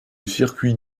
circuit